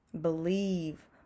Believe